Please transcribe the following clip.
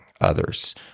others